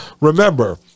remember